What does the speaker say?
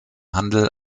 handel